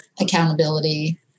accountability